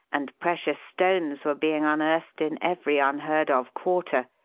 and precious stones were being unearthed in every unheard-of quarter.